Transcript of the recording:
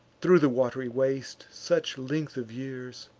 thro' the wat'ry waste, such length of years,